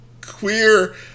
Queer